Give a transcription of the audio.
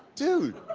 dude,